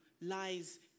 lies